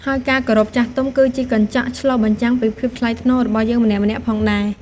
ហើយការគោរពចាស់ទុំគឺជាកញ្ចក់ឆ្លុះបញ្ចាំងពីភាពថ្លៃថ្នូររបស់យើងម្នាក់ៗផងដែរ។